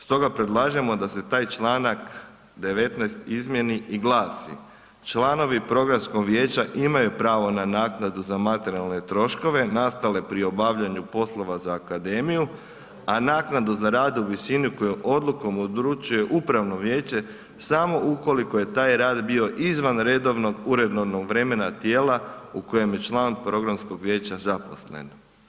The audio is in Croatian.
Stoga predlažemo da se taj članak 19. izmijeni i glasi: „Članovi programskog vijeća imaju pravo na naknadu za materijalne troškove nastale pri obavljanju poslova za akademiju a naknadu za rad u visinu koju odlukom odlučuje upravno vijeće, samo ukoliko je taj rad bio izvan redovnog uredovnog vremena tijela u kojem je član programskog vijeća zaposlen“